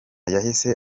yahise